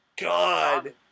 God